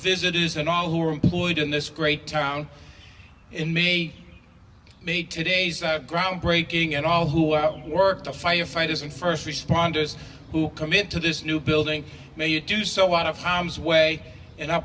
visit is and all who are employed in this great town in me made today's groundbreaking and all who work to firefighters and first responders who come into this new building may do so out of harm's way and i